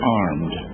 armed